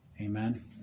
Amen